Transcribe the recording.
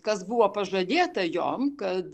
kas buvo pažadėta jom kad